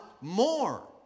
more